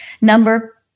Number